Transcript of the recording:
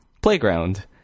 Playground